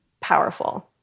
powerful